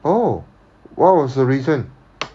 oh what was the reason